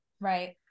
right